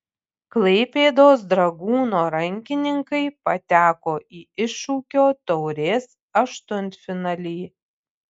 klaipėdos dragūno rankininkai pateko į iššūkio taurės aštuntfinalį